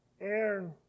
Aaron